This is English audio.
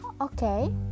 Okay